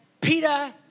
Peter